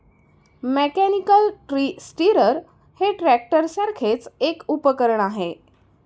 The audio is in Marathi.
मेकॅनिकल ट्री स्टिरर हे ट्रॅक्टरसारखेच एक उपकरण आहे